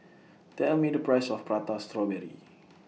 Tell Me The Price of Prata Strawberry